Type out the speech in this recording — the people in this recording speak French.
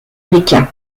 américain